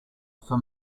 for